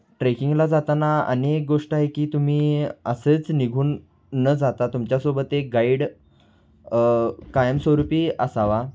ट्रेकिंगला जाताना आणि एक गोष्ट आहे की तुम्ही असंच निघून न जाता तुमच्यासोबत एक गाईड कायमस्वरूपी असावा